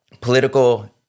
political